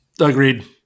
Agreed